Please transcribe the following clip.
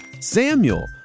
Samuel